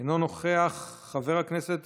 אינו נוכח, חבר הכנסת